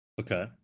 okay